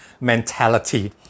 mentality